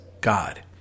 God